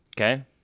Okay